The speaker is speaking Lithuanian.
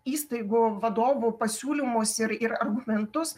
įstaigų vadovų pasiūlymus ir ir argumentus